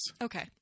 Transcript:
Okay